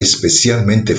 especialmente